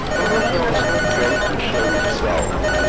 but the ghost failed to show itself,